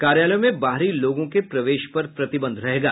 कार्यालयों में बाहरी लोगों के प्रवेश पर प्रतिबंध रहेगा